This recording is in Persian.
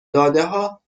دادهها